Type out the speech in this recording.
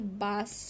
bus